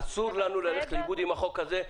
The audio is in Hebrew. אסור לנו ללכת לאיבוד עם החוק הזה.